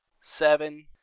seven